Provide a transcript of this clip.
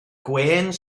gwên